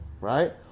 right